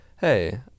hey